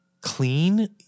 clean